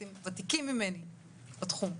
אתם ותיקים ממני בתחום.